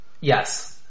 Yes